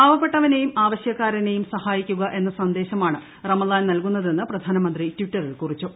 പാവപ്പെട്ടവനെയും ആവശൃക്കാരനെയും സഹായിക്കുക എന്ന സന്ദേശമാണ് റംസാൻ നല്കുന്നതെന്ന് പ്രധാനമന്ത്രി ട്വിറ്ററിൽ കുറിച്ചു